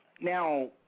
now